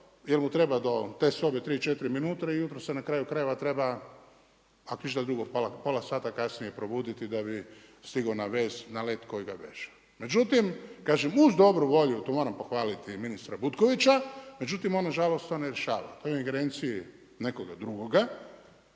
jer mu treba do te sobe tri, četiri minuta i ujutro se na kraju krajeva treba ako ništa drugo pola sata kasnije probuditi da bi stigao na let koji ga veže. Međutim kažem uz dobru volju, tu moram pohvaliti i ministra Butkovića, međutim on nažalost to ne rješava. To je u ingerenciji nekoga drugoga,